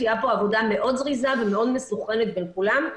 תהיה פה עבודה מאוד זריזה ומאוד מסונכרנת בין כולם.